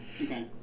Okay